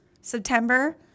September